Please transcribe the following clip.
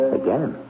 again